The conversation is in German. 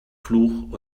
fluch